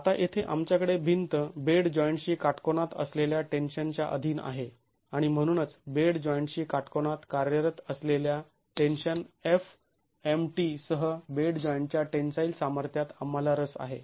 आता येथे आमच्याकडे भिंत बेड जॉईंटशी काटकोनात असलेल्या टेन्शनच्या अधीन आहे आणि म्हणूनच बेड जॉईंटशी काटकोनात कार्यरत असलेल्या टेन्शन fmt सह बेड जॉईंटच्या टेन्साईल सामर्थ्यात आंम्हाला रस आहे